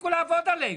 תפסיקו לעבוד עלינו.